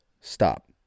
Stop